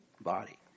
body